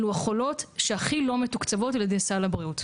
אלו חולות שהכי לא מתוקצבות על ידי סל הבריאות.